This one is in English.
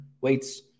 weights